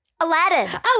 Aladdin